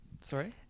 sorry